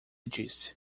disse